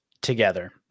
together